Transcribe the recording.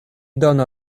donu